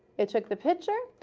it took the picture,